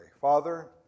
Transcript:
Father